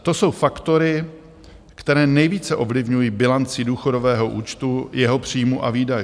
To jsou faktory, které nejvíce ovlivňují bilanci důchodového účtu, jeho příjmů a výdajů.